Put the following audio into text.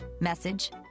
message